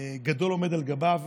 גדול עומד על גביו,